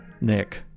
nick